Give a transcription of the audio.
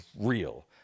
real